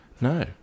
No